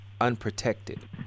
unprotected